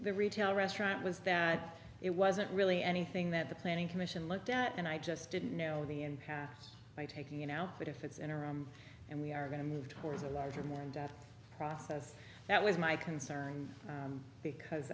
the retail restaurant was that it wasn't really anything that the planning commission looked at and i just didn't know the end pass by taking it out but if it's interim and we are going to move towards a larger more and process that was my concern because